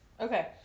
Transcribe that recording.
Okay